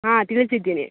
ಹಾಂ ತಿಳಿಸಿದ್ದೀನಿ